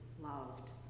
loved